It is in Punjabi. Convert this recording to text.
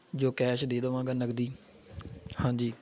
ਜੋ ਕੈਸ਼ ਦੇ ਦੇਵਾਂਗਾ ਨਗਦੀ ਹਾਂਜੀ